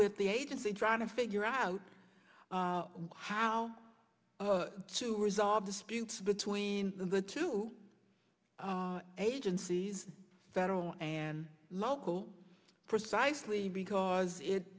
with the agency trying to figure out how to resolve disputes between the two agencies federal and local precisely because it